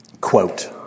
Quote